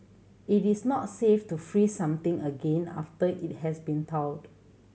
it is not safe to freeze something again after it has been thawed